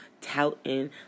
touting